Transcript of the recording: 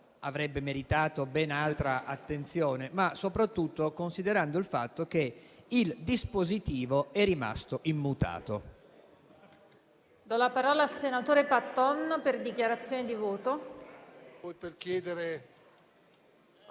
avrebbe meritato ben altra attenzione, ma soprattutto considerando il fatto che il dispositivo è rimasto immutato.